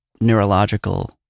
neurological